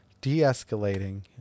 de-escalating